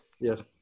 Yes